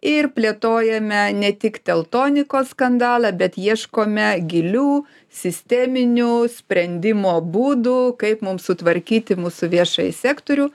ir plėtojame ne tik teltonikos skandalą bet ieškome gilių sisteminių sprendimo būdų kaip mums sutvarkyti mūsų viešąjį sektorių